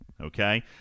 Okay